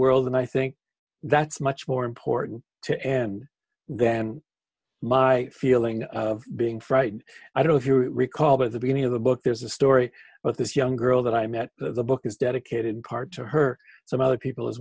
world and i think that's much more important to end than my feeling of being frightened i don't recall but the beginning of the book there's a story about this young girl that i met the book is dedicated card to her some other people as